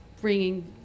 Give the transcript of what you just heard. bringing